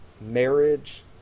Marriage